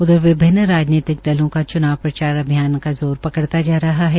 उधर विभिन्न राजनीतिक दलों का च्नाव प्रचार अभियान जोर पकड़ता जा रहा है